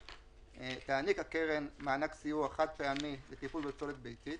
תעניק הקרן מענק סיוע חד-פעמי לטיפול בפסולת ביתית,